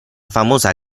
famosa